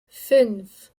fünf